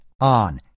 on